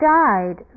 died